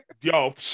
Yo